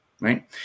right